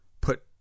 put